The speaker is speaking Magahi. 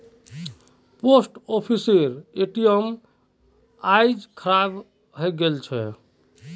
पोस्ट ऑफिसेर ए.टी.एम आइज खराब हइ गेल छ